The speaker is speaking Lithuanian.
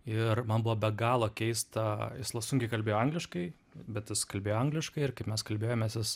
ir man buvo be galo keista jis sunkiai kalbėjo angliškai bet jis kalbėjo angliškai ir kaip mes kalbėjomės jis